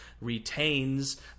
retains